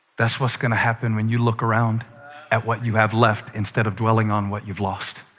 that's what's going to happen when you look around at what you have left instead of dwelling on what you've lost.